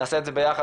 נעשה את זה ביחד,